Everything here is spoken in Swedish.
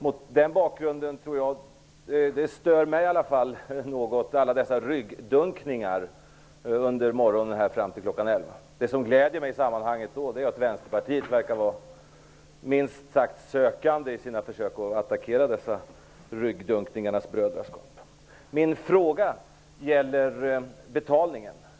Mot den bakgrunden störde mig alla dessa ryggdunkningar nu under morgonen. Det som glädjer mig i sammanhanget är att Vänsterpartiet verkar vara minst sagt sökande i sina försök att attackera dessa ryggdunkningarnas brödraskap. Min fråga gäller betalningen.